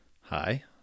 hi